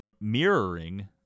mirroring